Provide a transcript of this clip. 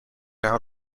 out